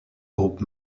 groupe